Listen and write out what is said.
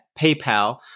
PayPal